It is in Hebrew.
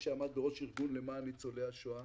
שעמד בראש ארגון למען ניצולי השואה,